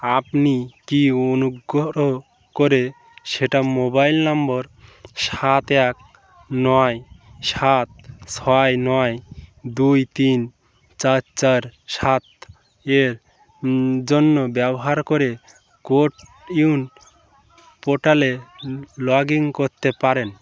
আপনি কি অনুগ্রহ করে সেটা মোবাইল নম্বর সাত এক নয় সাত ছয় নয় দুই তিন চার চার সাত এর জন্য ব্যবহার করে কো উইন পোর্টালে লগ ইন করতে পারেন